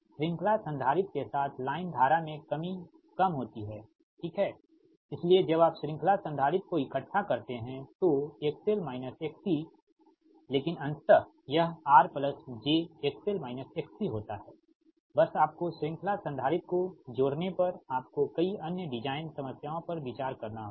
श्रृंखला संधारित्र के साथ लाइन धारा में कमी कम होती है ठीक है है इसलिए जब आप श्रृंखला संधारित्र को इकट्ठा करते हैं तो XL XC लेकिन अंततः यह R j होता है बस आपको श्रृंखला संधारित्र को जोड़ने पर आपको कई अन्य डिज़ाइन समस्याओं पर विचार करना होगा